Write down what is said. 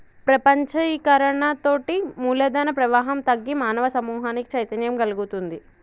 ప్రపంచీకరణతోటి మూలధన ప్రవాహం తగ్గి మానవ సమూహానికి చైతన్యం గల్గుతుంది